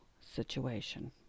situation